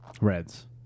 Reds